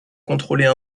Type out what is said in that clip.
contrôler